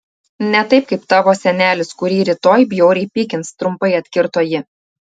ne taip kaip tavo senelis kurį rytoj bjauriai pykins trumpai atkirto ji